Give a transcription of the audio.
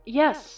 yes